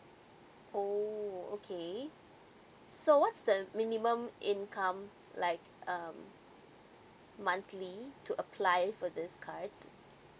oo okay so what's the minimum income like um monthly to apply for this card